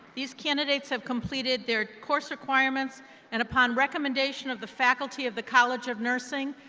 these candidates have completed their course requirements and upon recommendation of the faculty of the college of nursing,